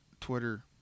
Twitter